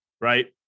right